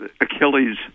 Achilles